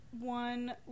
one